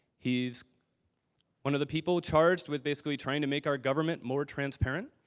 he's one of the people charged with basically trying to make our government more transparent.